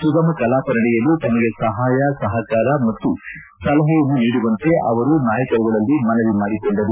ಸುಗಮ ಕಲಾಪ ನಡೆಯಲು ತಮಗೆ ಸಹಾಯ ಸಹಕಾರ ಮತ್ತು ಸಲಹೆಯನ್ನು ನೀಡುವಂತೆ ಅವರು ನಾಯಕರುಗಳಲ್ಲಿ ಮನವಿ ಮಾಡಿಕೊಂಡರು